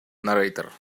narrator